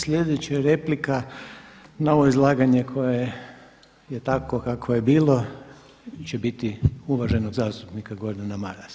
Sljedeća replika na ovo izlaganje koje je takvo kakvo je bilo će biti uvaženog zastupnika Gordana Marasa.